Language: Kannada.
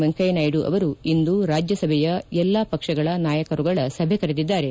ವೆಂಕಯ್ಯನಾಯ್ಲು ಅವರು ಇಂದು ರಾಜ್ಯಸಭೆಯ ಎಲ್ಲಾ ಪಕ್ಷಗಳ ನಾಯಕರುಗಳ ಸಭೆ ಕರೆದಿದ್ದಾರೆ